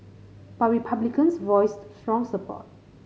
but Republicans voiced strong support